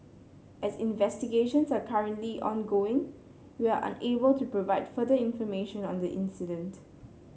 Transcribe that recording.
as investigations are currently ongoing we are unable to provide further information on the incident